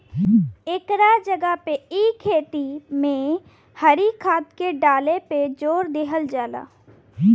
एकरा जगह पे इ खेती में हरी खाद के डाले पे जोर देहल जाला